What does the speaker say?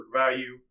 value